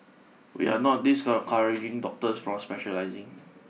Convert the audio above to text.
we are not discount courage in doctors from specialising